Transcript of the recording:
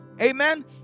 Amen